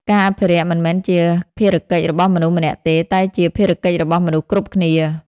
ការអភិរក្សមិនមែនជាភារកិច្ចរបស់មនុស្សម្នាក់ទេ តែជាភារកិច្ចរបស់មនុស្សគ្រប់គ្នា។